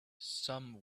some